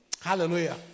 Hallelujah